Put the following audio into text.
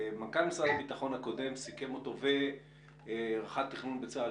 מנכ"ל משרד הביטחון הקודם ורח"ט תכנון בצה"ל,